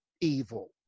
evil